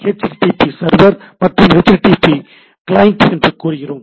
HTTP server மற்றும் HTTP client என்று கூறுகிறோம்